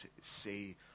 see